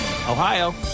Ohio